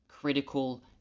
critical